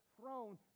throne